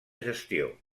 gestió